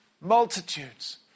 multitudes